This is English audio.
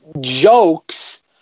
jokes